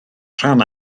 rhan